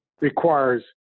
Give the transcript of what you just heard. requires